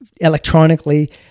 electronically